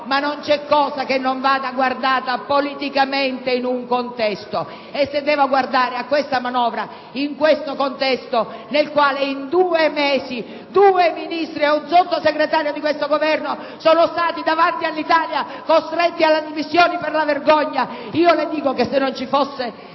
ma non c'è cosa che non vada guardata politicamente in un contesto, e se devo guardare a questa manovra in questo contesto nel quale in due mesi due Ministri e un Sottosegretario di questo Governo sono stati davanti all'Italia costretti alle dimissioni per la vergogna, io le dico che, se non ci fosse